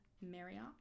marriott